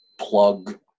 plug